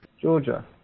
Georgia